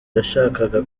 yashakaga